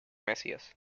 mesías